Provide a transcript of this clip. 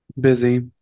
Busy